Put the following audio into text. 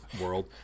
world